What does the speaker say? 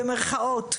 במירכאות,